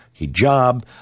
hijab